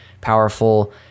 powerful